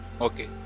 Okay